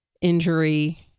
injury